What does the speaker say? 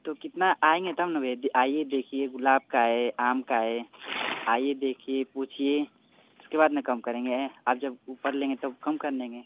तो कितना आएँगे तब ना भैया आइए देखिए गुलाब का है आम का है आइए देखिए पूछिए उसके बाद न कम करेंगे आप जब ऊपर लेंगे तो कम कर लेंगे